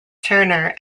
turner